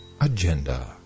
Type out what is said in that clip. Agenda